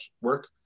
work